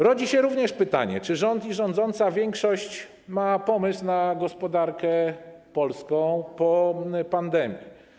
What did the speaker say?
Rodzi się również pytanie: Czy rząd i rządząca większość mają pomysł na gospodarkę polską po pandemii?